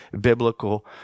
biblical